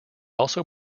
also